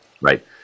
Right